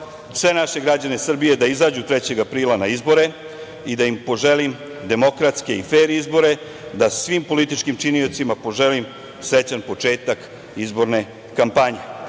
sve naše građane Srbije da izađu 3. aprila na izbore i da im poželim demokratske i fer izbore, da svim političkim činiocima poželim srećan početak izborne